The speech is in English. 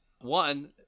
one